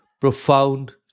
profound